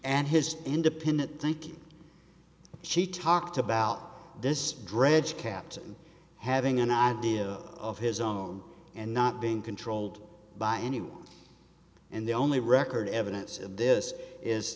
and his independent thinking she talked about this dredge kept having an idea of his own and not being controlled by any and the only record evidence of this is